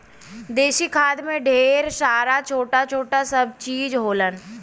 देसी खाद में ढेर सारा छोटा छोटा सब जीव होलन